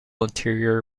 interior